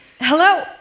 Hello